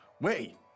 wait